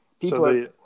People